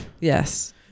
yes